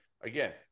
again